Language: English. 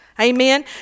Amen